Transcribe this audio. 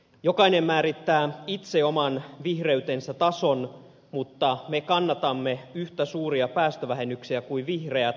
jokainen määrittää itse oman vihreytensä tason mutta me kannatamme yhtä suuria päästövähennyksiä kuin vihreät